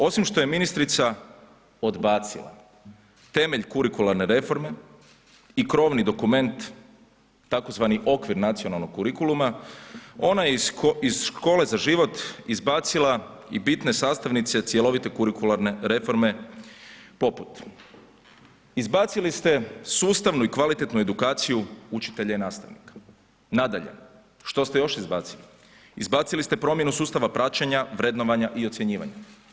Osim što je ministrica odbacila temelj kurikularne reforme i krovni dokument, tzv. okvir nacionalnog kurikuluma, ona je iz Škole za život izbacila i bitne sastavnice cjelovite kurikularne reforme poput, izbacili ste sustavnu i kvalitetnu edukaciju učitelja i nastavnika, nadalje, što ste još izbacili, izbacili ste promjenu sustava praćenja, vrednovanja i ocjenjivanja.